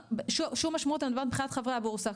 שום משמעות אני מתכוונת מבחינת חברי הבורסה.